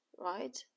right